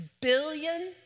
billion